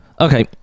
okay